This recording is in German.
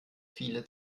viele